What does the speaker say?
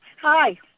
hi